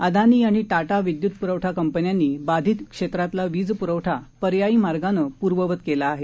अदानी आणि टाटा विद्युत पुरवठा कंपन्यांनी बाधित क्षेत्रातला वीज पुरवठा पर्यायी मार्गानं पूर्ववत केला आहे